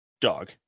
Dog